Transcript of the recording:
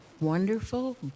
wonderful